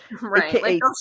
Right